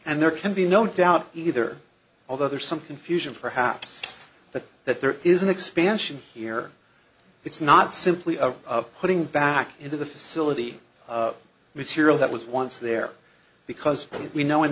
and there can be no doubt either although there's some confusion perhaps that that there is an expansion here it's not simply a of putting back into the facility material that was once there because we know in